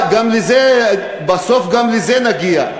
בסוף גם לזה נגיע.